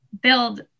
build